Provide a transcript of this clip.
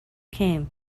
came